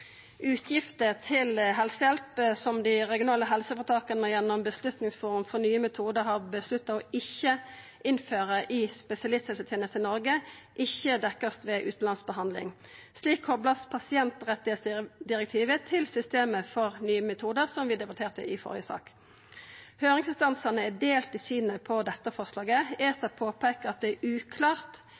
utgifter til helsehjelp som dei regionale helseføretaka gjennom Beslutningsforum for nye metodar har avgjort ikkje å innføra i spesialisthelsetenesta i Noreg, ikkje vert dekte ved utanlandsbehandling. Slik vert pasientrettsdirektivet kopla til systemet for nye metodar, som vi debatterte i den førre saka. Høyringsinstansane er delte i synet på dette forslaget. ESA påpeiker at det er uklart